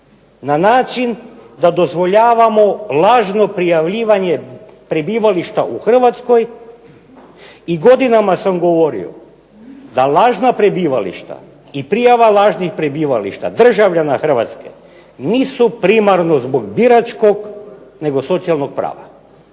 na način da dozvoljavamo lažno prijavljivanje prebivališta u Hrvatskoj. I godinama sam govorio, da lažna prebivališta i prijava lažnih prebivališta državljana Hrvatske nisu primarno zbog biračkog nego socijalnog prava.